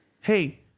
Hey